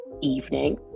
evening